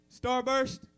Starburst